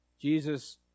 Jesus